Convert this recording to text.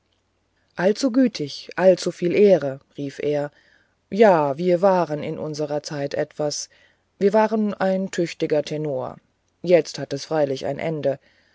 allzugütig allzuviel ehre rief er ja wir waren unserer zeit etwas wir waren ein tüchtiger tenor jetzt hat es freilich ein ende